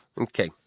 Okay